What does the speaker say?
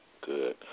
good